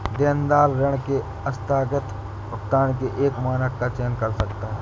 देनदार ऋण के आस्थगित भुगतान के एक मानक का चयन कर सकता है